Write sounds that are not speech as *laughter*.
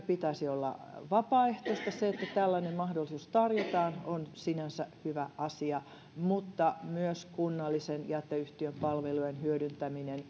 *unintelligible* pitäisi olla vapaaehtoista se että tällainen mahdollisuus tarjotaan on sinänsä hyvä asia mutta myös kunnallisen jäteyhtiön palvelujen hyödyntämisen *unintelligible*